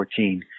2014